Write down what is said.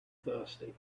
thirsty